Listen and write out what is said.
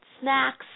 snacks